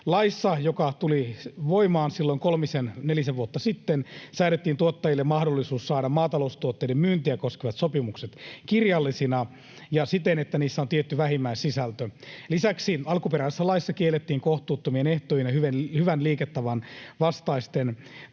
Laissa, joka tuli voimaan silloin kolmisen, nelisen vuotta sitten, säädettiin tuottajille mahdollisuus saada maataloustuotteiden myyntiä koskevat sopimukset kirjallisina ja siten, että niissä on tietty vähimmäissisältö. Lisäksi alkuperäisessä laissa kiellettiin kohtuuttomien ehtojen ja hyvän liiketavan vastaisten tai